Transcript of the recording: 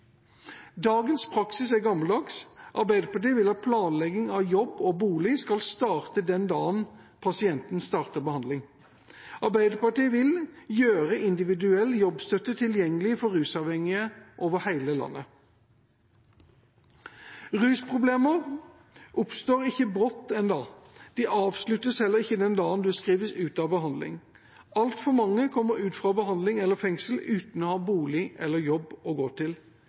Dagens praksis er gammeldags. Arbeiderpartiet vil at planlegging av jobb og bolig skal starte den dagen pasienten starter behandling. Arbeiderpartiet vil gjøre individuell jobbstøtte tilgjengelig for rusavhengige over hele landet. Rusproblemer oppstår ikke brått en dag. De avsluttes heller ikke den dagen man skrives ut fra behandling. Altfor mange kommer ut fra behandling eller fengsel uten å ha bolig eller jobb å gå til.